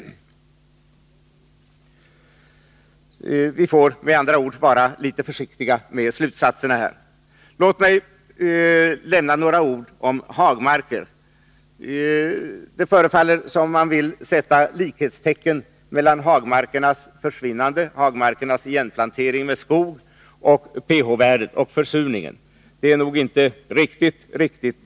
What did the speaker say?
Vi får med andra ord vara litet försiktiga med slutsatserna här. Låt mig också säga några ord om hagmarker. Det förefaller som om man vill sätta likhetstecken mellan hagmarkernas igenplantering och försurningen, vilket inte är riktigt rätt.